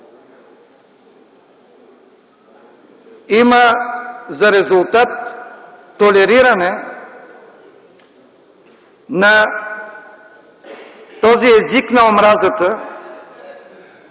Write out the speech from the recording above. има за резултат толериране на този език на омразата,